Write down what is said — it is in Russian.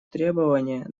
требования